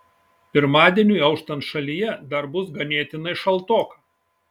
pirmadieniui auštant šalyje dar bus ganėtinai šaltoka